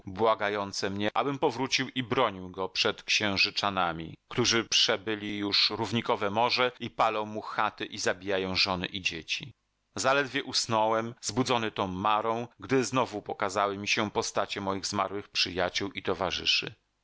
błagające mnie abym powrócił i bronił go przed księżyczanami którzy przebyli już równikowe morze i palą mu chaty i zabijają żony i dzieci zaledwie usnąłem zbudzony tą marą gdy znowu pokazały mi się postacie moich zmarłych przyjaciół i towarzyszy